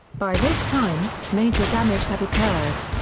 by this time, major damage had occurred.